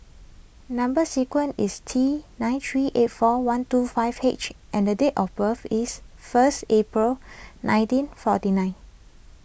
Number Sequence is T nine three eight four one two five H and date of birth is first April nineteen forty nine